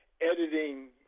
editing